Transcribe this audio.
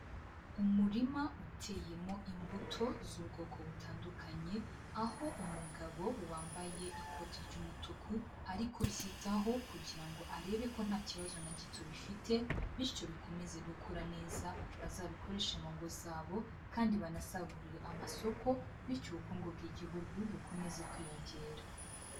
Umurima uteyemo imbuto z'ubwoko butandukanye, aho umugabo wambaye ikoti ry'umutuku ari kubyitaho kugira ngo arebe ko nta kibazo na gito bifite, bityo bikomeze gukura neza bazabikoreshe mu ngo zabo, kandi banasagurire amasoko, bityo ubukungu bw'igihugu bukomeze kwiyongera.